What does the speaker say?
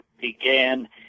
began